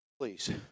Please